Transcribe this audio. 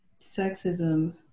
sexism